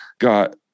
got